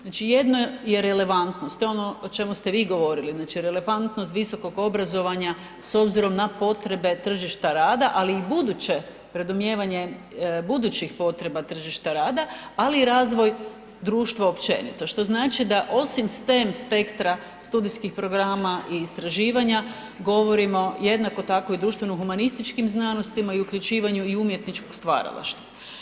Znači jedno je relevantnost, to je ono o čemu ste vi govorili, znači relevantnost visokog obrazovanja s obzirom na potrebe tržišta rada, ali i buduće predmnijevanje budućih potreba tržišta rada, ali i razvoj društva općenito što znači da osim STEM spektra studijskih programa i istraživanja govorimo jednako tako o društveno humanističkim znanostima i uključivanju i umjetničkog stvaralaštva.